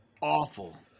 Awful